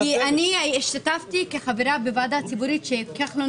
-- כי אני השתתפתי כחברה בוועדה ציבורית שכחלון